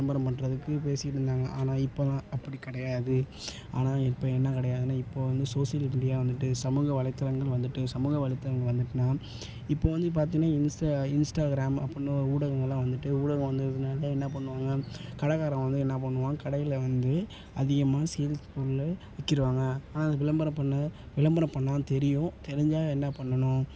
விளம்பரம் பண்ணுறதுக்கு பேசிக்கிட்டு இருந்தாங்க ஆனால் இப்போல்லாம் அப்படி கிடையாது ஆனால் இப்போ என்ன கிடையாதுன்னா இப்போ வந்து சோசியல் மீடியா வந்துட்டு சமூக வலைத்தளங்கள் வந்துட்டு சமூக வலைத்தளங்கள் வந்துட்டுன்னால் இப்போ வந்து பார்த்தின்னா இன்ஸ்டா இன்ஸ்டாக்ராம் அப்புடின்னு ஒரு ஊடகங்களெலாம் வந்துட்டு ஊடகம் வந்ததினால என்ன பண்ணுவாங்க கடைக்காரவன் வந்து என்ன பண்ணுவான் கடையில் வந்து அதிகமாக சேல்ஸ் பொருளை விற்கிறாங்க ஆனால் அதை விளம்பரம் பண்ண விளம்பரம் பண்ணால் தெரியும் தெரிஞ்சால் என்ன பண்ணணும்